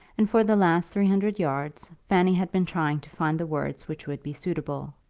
and for the last three hundred yards fanny had been trying to find the words which would be suitable.